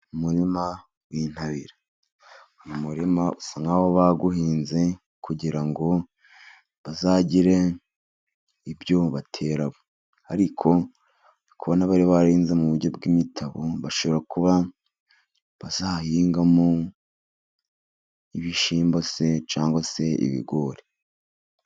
Umurima w'intabire uyu murima usa nk'aho bawuhinze kugira ngo bazagire ibyobateramo, ariko ndikubona bari barahinze mu buryo bw'imitabo, bashobora kuba bazahingamo ibishyimbo se cyangwa se ibigori.